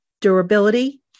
durability